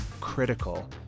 critical